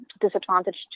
disadvantaged